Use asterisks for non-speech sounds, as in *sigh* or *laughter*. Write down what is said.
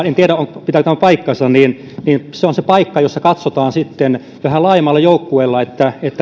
*unintelligible* en tiedä pitääkö tämä paikkansa joka on pelisääntöjen mukaan se paikka jossa katsotaan sitten vähän laajemmalla joukkueella